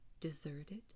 deserted